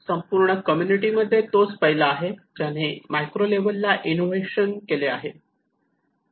संपूर्ण कम्युनिटीमध्ये तोच पहिला आहे ज्याने मायक्रो लेव्हलला इनोव्हेटिव्ह केले आहे